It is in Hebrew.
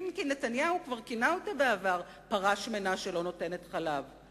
אם כי נתניהו כבר כינה אותה בעבר: "פרה שמנה שלא נותנת חלב".